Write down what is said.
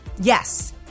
Yes